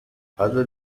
other